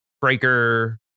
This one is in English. Breaker